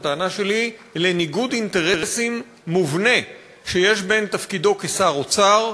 הטענה שלי היא על ניגוד אינטרסים מובנה שיש בין תפקידו כשר האוצר,